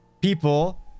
people